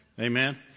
Amen